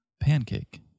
pancake